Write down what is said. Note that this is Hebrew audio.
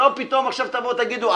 שלא פתאום עכשיו תגידו,